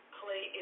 play